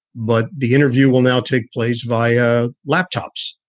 but the interview will now take place via laptops.